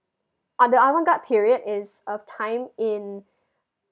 uh the avant garde period is of time in